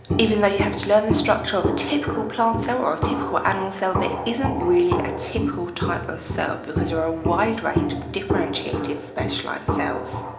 even though you have to learn the structure of a typical plant cell or a typical animal cell, there isn't really a typical type of cell because there are a wide range of differentiated specialized cells.